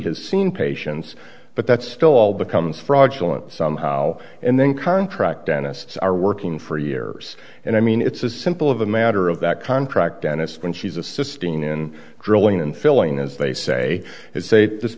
has seen patients but that's still all becomes fraudulent somehow and then contract dentists are working for years and i mean it's as simple of a matter of that contract dentist when she's assisting in drilling and filling as they say is say this